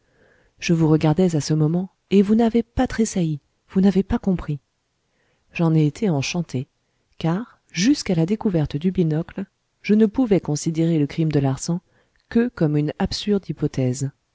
je vous regardais à ce moment et vous n'avez pas tressailli vous n'avez pas compris j'en ai été enchanté car jusqu'à la découverte du binocle je ne pouvais considérer le crime de larsan que comme une absurde hypothèse